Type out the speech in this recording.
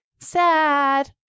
sad